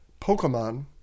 Pokemon